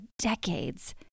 decades